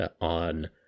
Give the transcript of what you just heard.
on